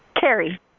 Carrie